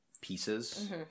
pieces